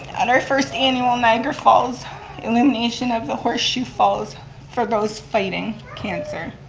on our first annual niagara falls illumination of the horseshoe falls for those fighting cancer.